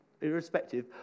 irrespective